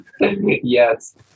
Yes